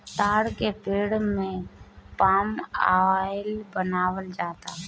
ताड़ के पेड़ से पाम आयल बनावल जाला